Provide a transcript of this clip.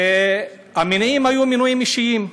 והמניעים היו מניעים אישיים.